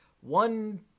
one